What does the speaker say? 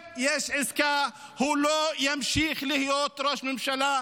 -- אם תהיה עסקה, הוא לא ימשיך להיות ראש ממשלה.